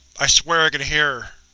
i swear i can hear